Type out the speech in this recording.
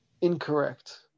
Incorrect